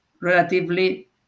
relatively